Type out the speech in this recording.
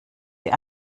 sie